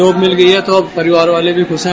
job मिल गई है तो परिवार वाले भी खुश है